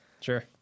Sure